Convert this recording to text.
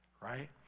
right